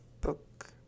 book